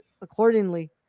accordingly